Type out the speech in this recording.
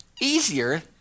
easier